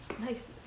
nice